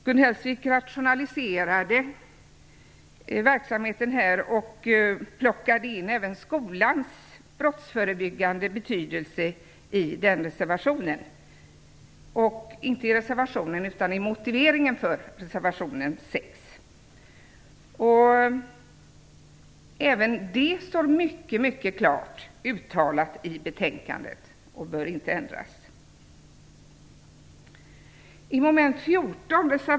Gun Hellsvik rationaliserade verksamheten här och plockade in även skolans brottsförebyggande betydelse i motiveringen för den reservationen, nr 6. Även detta står mycket klart uttalat i betänkandet och bör inte ändras.